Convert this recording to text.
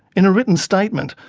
in a written statement,